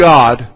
God